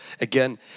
again